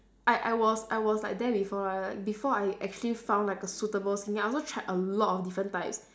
I I was I was like there before lah like before I actually found like a suitable skincare I also tried a lot of different types